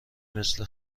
مثل